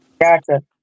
Gotcha